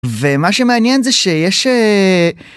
ומה שמעניין זה שיש